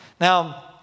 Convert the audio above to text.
Now